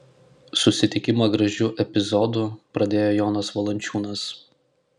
susitikimą gražiu epizodu pradėjo jonas valančiūnas